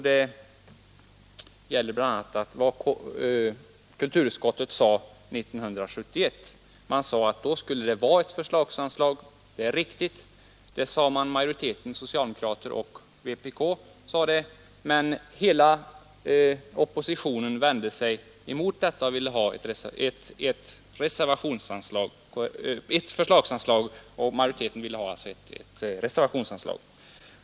Det gäller bl.a. vad kulturutskottet yttrade år 1971. Socialdemokraterna och vänsterpartiet kommunisterna sade då att det skulle vara ett reservationsanslag, det är riktigt. Men hela oppositionen fp, c och m vände sig mot det och ville ha ett förslagsanslag.